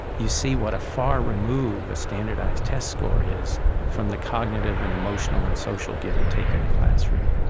you see what a far remove a standardized test score is from the cognitive, and emotional, and social give and take in the classroom